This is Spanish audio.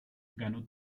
ganó